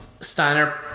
Steiner